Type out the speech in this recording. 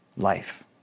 life